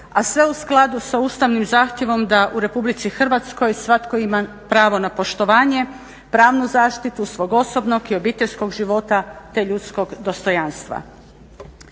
a sve u skladu sa ustavnim zahtjevom da u Republici Hrvatskoj svatko ima pravo na poštovanje, pravnu zaštitu svog osobnog i obiteljskog života, te ljudskog dostojanstva.